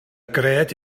gred